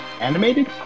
animated